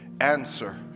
answer